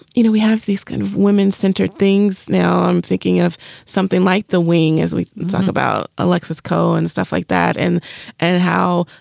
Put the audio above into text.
you know, we have these kind of women's centered things. now, i'm thinking of something like the wing as we talk about alexis cole and stuff like that and and how,